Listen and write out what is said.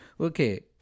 okay